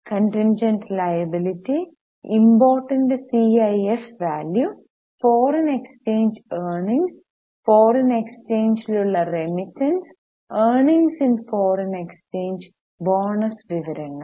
contingent liability ഇമ്പോർട്ടിന്റെ C I F value foreign exchange earning foreign എക്സ്ചേഞ്ച്ലുള്ള remittance earnings in foreign exchange bonus വിവരങ്ങൾ